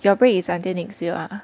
your break is until next year ah